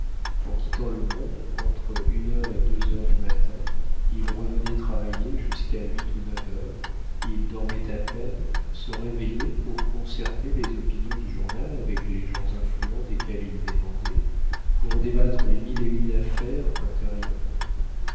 en quittant le monde entre une heure et deux heures du matin il revenait travailler jusqu'à huit ou neuf heures il dormait à peine se réveillait pour concerter les opinions du journal avec les gens influents desquels il dépendait pour débattre les mille et une affaires intérieures